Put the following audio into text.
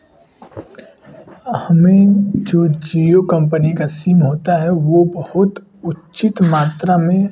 हमें जो जिओ कंपनी का सिम होता है वह बहुत उचित मात्रा में